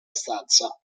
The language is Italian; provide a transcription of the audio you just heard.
stanza